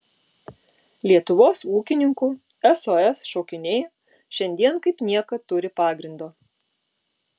lietuvos ūkininkų sos šaukiniai šiandien kaip niekad turi pagrindo